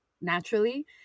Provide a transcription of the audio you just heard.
naturally